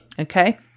Okay